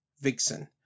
Vixen